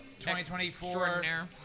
2024